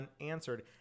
unanswered